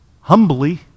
humbly